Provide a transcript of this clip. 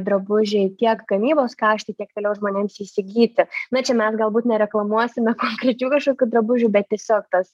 drabužiai tiek gamybos kaštai tiek vėliau žmonėms įsigyti na čia mes galbūt nereklamuosime konkrečių kažkokių drabužių bet tiesiog tas